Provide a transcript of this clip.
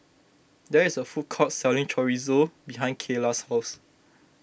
there is a food court selling Chorizo behind Keila's house